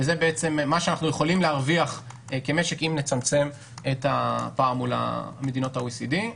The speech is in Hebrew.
זה מה שאנחנו יכולים להרוויח כמשק אם נצמצם את הפער מול מדינות ה-OECD.